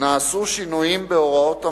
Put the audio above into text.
נעשו שינויים בהוראות המעבר,